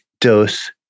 Dose